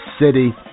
city